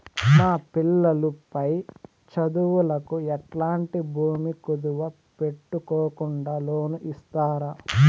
మా పిల్లలు పై చదువులకు ఎట్లాంటి భూమి కుదువు పెట్టుకోకుండా లోను ఇస్తారా